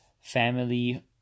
family